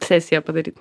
sesiją padaryt